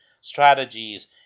strategies